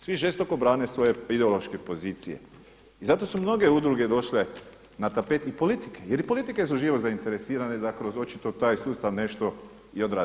Svi žestoko brane svoje ideološke pozicije i zato su mnoge udruge došle na tapetu i politike, jer i politike su živo zainteresirane da kroz očito taj sustav nešto i odrade.